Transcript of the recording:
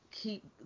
Keep